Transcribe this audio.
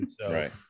Right